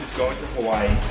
going to hawaii,